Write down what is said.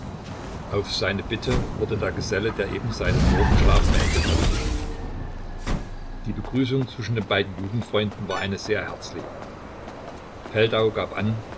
auf seine bitte wurde der geselle der eben seinen morgenschlaf beendet hatte gerufen die begrüßung zwischen den beiden jugendfreunden war eine sehr herzliche feldau gab an